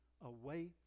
away